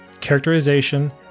Characterization